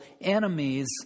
enemies